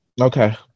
Okay